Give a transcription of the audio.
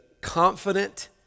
confident